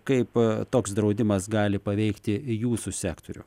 kaip a toks draudimas gali paveikti jūsų sektorių